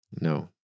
No